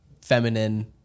feminine